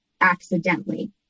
accidentally